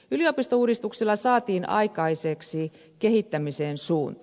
yliopistouudistuksella saatiin aikaiseksi kehittämiseen suunta